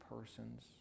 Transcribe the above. persons